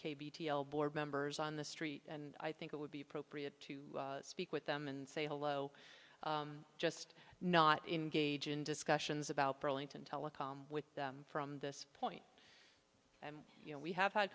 board members on the street and i think it would be appropriate to speak with them and say hello just not engage in discussions about burlington telecom with them from this point and you know we have had